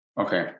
Okay